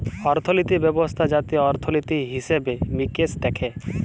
অর্থলিতি ব্যবস্থা যাতে অর্থলিতি, হিসেবে মিকেশ দ্যাখে